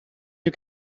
you